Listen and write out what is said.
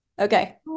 okay